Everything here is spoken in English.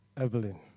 Evelyn